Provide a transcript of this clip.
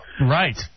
Right